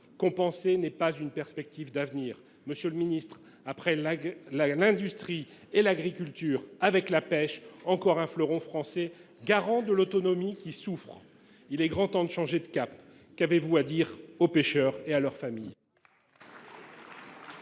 Compenser n’est pas une perspective d’avenir. Monsieur le Premier ministre, après l’industrie et l’agriculture, voilà encore, avec la pêche, un fleuron français – garant de notre autonomie – qui souffre. Il est grand temps de changer de cap ! Qu’avez vous à dire aux pêcheurs et à leurs familles ?